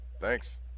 Thanks